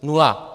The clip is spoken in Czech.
Nula!